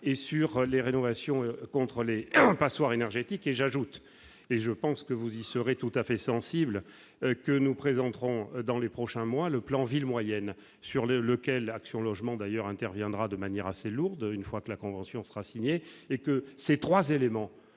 et vers les rénovations des passoires énergétiques. J'ajoute, et je pense que vous y serez tout à fait sensible, que nous présenterons dans les prochains mois le plan « villes moyennes », sur lequel Action Logement interviendra de manière assez importante, une fois que la convention sera signée. Ces trois éléments